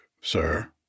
sir